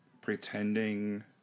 pretending